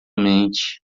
mente